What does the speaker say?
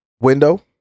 window